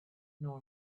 nor